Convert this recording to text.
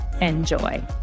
enjoy